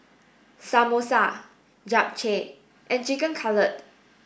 Samosa Japchae and Chicken Cutlet